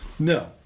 No